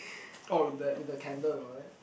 oh with the with the candle and all that